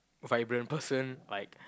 vibrant person like